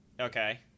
Okay